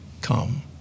come